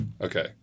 Okay